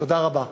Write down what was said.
תודה רבה.